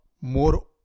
more